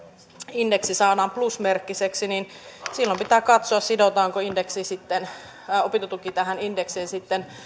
indeksin plusmerkkiseksi silloin pitää katsoa sidotaanko opintotuki tähän indeksiin sitten